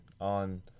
on